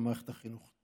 במערכת החינוך.